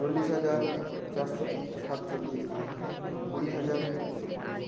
চল্লিশ হাজার চারশো সাতচল্লিশ কুড়ি হাজার দুশো পাঁচ